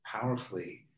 powerfully